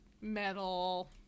metal